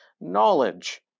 knowledge